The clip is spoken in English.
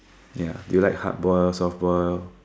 ya do you like hard boiled soft boiled